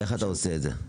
איך אתה עושה את זה?